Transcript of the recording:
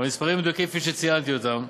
המספרים המדויקים הם כפי שציינתי אותם.